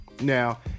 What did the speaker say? Now